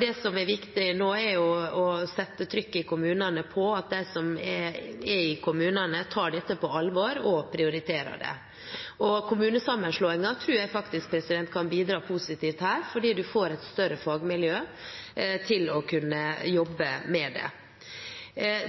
Det som er viktig nå, er å sette trykket i kommunene på at de som er i kommunene, tar dette på alvor og prioriterer det. Kommunesammenslåingen tror jeg faktisk kan bidra positivt her fordi man får et større fagmiljø til å kunne jobbe med det.